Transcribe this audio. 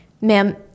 ma'am